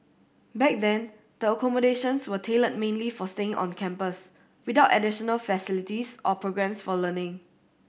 back then the accommodations were tailored mainly for staying on campus without additional facilities or programmes for learning